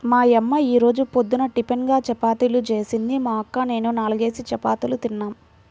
మా యమ్మ యీ రోజు పొద్దున్న టిపిన్గా చపాతీలు జేసింది, మా అక్క నేనూ నాల్గేసి చపాతీలు తిన్నాం